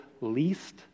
least